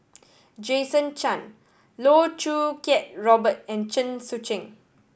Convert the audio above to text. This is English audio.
Jason Chan Loh Choo Kiat Robert and Chen Sucheng